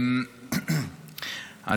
אז